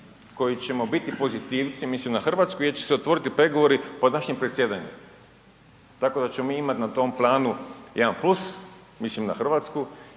koji ćemo biti pozitivci, mislim na Hrvatsku jer će se otvoriti pregovori pod našim predsjedanjem tako da ćemo mi imati na tom planu jedan plus, mislim na Hrvatsku,